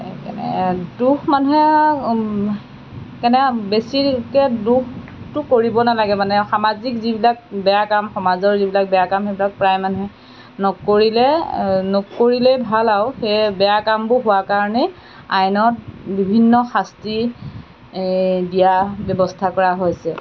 দোষ মানুহে কেনে বেছিকৈ দোষটো কৰিব নালাগে মানে সামাজিক যিবিলাক বেয়া কাম সমাজৰ যিবিলাক বেয়া কাম সেইবিলাক প্ৰায় মানুহে নকৰিলে নকৰিলেই ভাল আৰু সেই বেয়া কামবোৰ হোৱা কাৰণেই আইনত বিভিন্ন শাস্তি দিয়া ব্যৱস্থা কৰা হৈছে